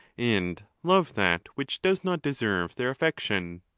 and love that which does not deserve their affection.